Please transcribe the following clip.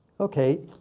ok,